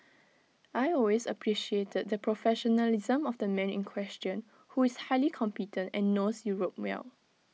I always appreciated the professionalism of the man in question who is highly competent and knows Europe well